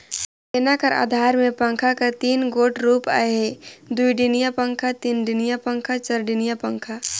डेना कर अधार मे पंखा कर तीन गोट रूप अहे दुईडेनिया पखा, तीनडेनिया पखा अउ चरडेनिया पखा